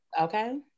Okay